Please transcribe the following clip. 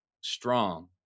strong